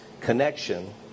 connection